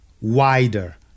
wider